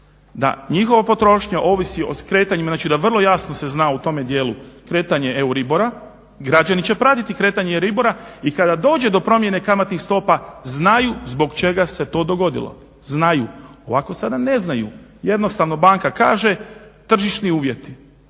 da njihova potrošnja ovisi o kretanjima znači da se vrlo jasno zna u tome dijelu kretanje euribora, građani će pratiti kretanje ribora i kada dođe do promjene kamatnih stopa znaju zbog čega se to dogodilo, znaju. Ovako sada ne znaju. Jednostavno sada banka kaže tržišni uvjeti.